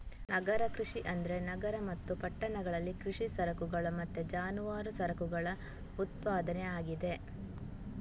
ನಗರ ಕೃಷಿ ಅಂದ್ರೆ ನಗರ ಮತ್ತು ಪಟ್ಟಣಗಳಲ್ಲಿ ಕೃಷಿ ಸರಕುಗಳ ಮತ್ತೆ ಜಾನುವಾರು ಸರಕುಗಳ ಉತ್ಪಾದನೆ ಆಗಿದೆ